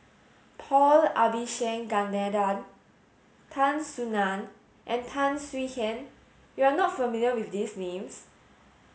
Paul Abisheganaden Tan Soo Nan and Tan Swie Hian you are not familiar with these names